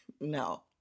no